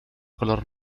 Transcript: color